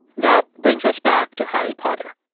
that brings us back to harry potter.